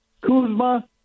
Kuzma